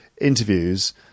interviews